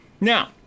Now